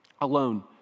alone